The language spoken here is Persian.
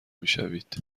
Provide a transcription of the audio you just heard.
میشوید